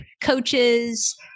coaches